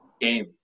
game